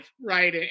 right